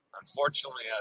Unfortunately